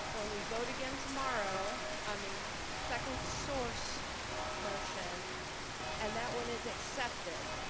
when we vote again tomorrow on the second source motion and that one is accepted,